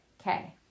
Okay